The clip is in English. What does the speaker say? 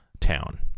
town